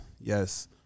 Yes